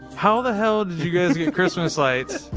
how the hell did you guys get christmas lights